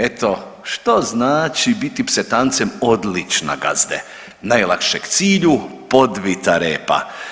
Eto što znači biti psetancem odlična gazde, najlakše k cilju podvita repa.